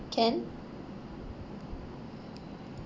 can